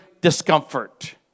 discomfort